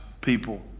people